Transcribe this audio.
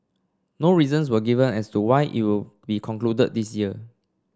no reasons were given as to why it will be concluded this year